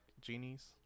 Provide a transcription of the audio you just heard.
genies